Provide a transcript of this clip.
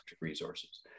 resources